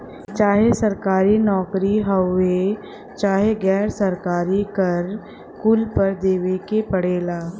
चाहे सरकारी नउकरी होये चाहे गैर सरकारी कर कुल पर देवे के पड़ला